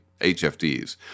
HFDs